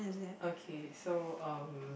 okay so um